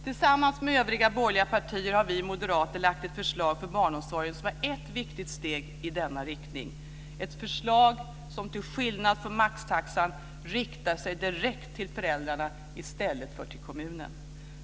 Tillsammans med övriga borgerliga partier har vi moderater lagt ett förslag för barnomsorgen som är ett viktigt steg i denna riktning. Det är ett förslag som till skillnad från maxtaxan riktar sig direkt till föräldrarna i stället för till kommunen.